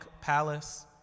palace